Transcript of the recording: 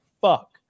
fuck